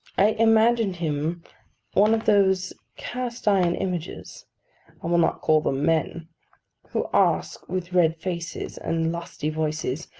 i imagined him one of those cast-iron images i will not call them men who ask, with red faces, and lusty voices,